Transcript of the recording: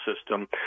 system